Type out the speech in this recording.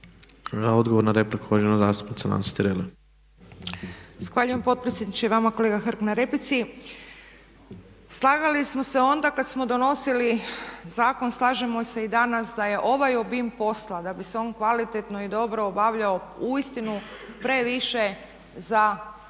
(Hrvatski laburisti - Stranka rada)** Zahvaljujem potpredsjedniče i vama kolega Hrg na replici. Slagali smo se onda kada smo donosili zakon, slažemo se i danas da je ovaj obim posla da bi se on kvalitetno i dobro obavljao uistinu previše za